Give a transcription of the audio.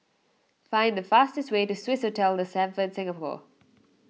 find the fastest way to Swissotel the Stamford Singapore